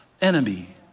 enemy